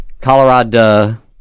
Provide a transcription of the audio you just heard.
Colorado